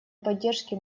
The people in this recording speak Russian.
поддержке